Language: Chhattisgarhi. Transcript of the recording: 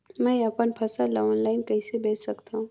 मैं अपन फसल ल ऑनलाइन कइसे बेच सकथव?